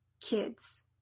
kids